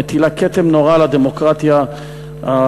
המטילה כתם נורא על הדמוקרטיה האמריקנית.